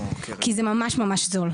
כי זה ממש ממש זול.